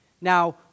Now